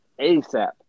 ASAP